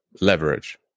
leverage